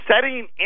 Setting